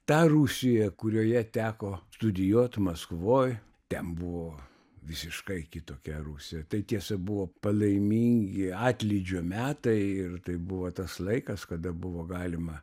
ta rusija kurioje teko studijuot maskvoj ten buvo visiškai kitokia rusija tai tiesa buvo palaimingi atlydžio metai ir tai buvo tas laikas kada buvo galima